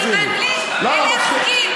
אלה החוקים.